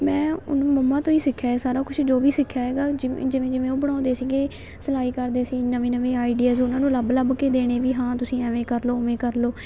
ਮੈਂ ਉਹਨੂੰ ਮੰਮਾ ਤੋਂ ਹੀ ਸਿੱਖਿਆ ਏ ਸਾਰਾ ਕੁਛ ਜੋ ਵੀ ਸਿੱਖਿਆ ਹੈਗਾ ਜਿਵ ਜਿਵੇਂ ਜਿਵੇਂ ਉਹ ਬਣਾਉਂਦੇ ਸੀਗੇ ਸਿਲਾਈ ਕਰਦੇ ਸੀ ਨਵੇਂ ਨਵੇਂ ਆਈਡੀਆਜ਼ ਉਹਨਾਂ ਨੂੰ ਲੱਭ ਲੱਭ ਕੇ ਦੇਣੇ ਵੀ ਹਾਂ ਤੁਸੀਂ ਐਵੇਂ ਕਰ ਲਉ ਉਵੇਂ ਕਰ ਲਉ